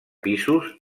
pisos